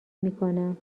میکنم